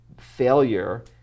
failure